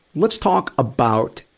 let's talk about